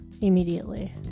immediately